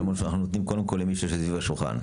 למרות שאנחנו נותנים קודם כל למי שיושב סביב השולחן.